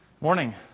Morning